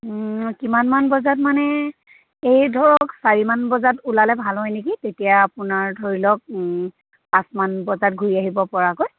কিমানমান বজাত মানে এই ধৰক চাৰিমান বজাত ওলালে ভাল হয় নেকি তেতিয়া আপোনাৰ ধৰি লওক পাঁচমান বজাত ঘূৰি আহিব পৰাকৈ